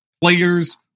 players